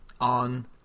on